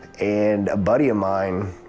and a buddy of mine,